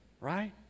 Right